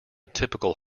typical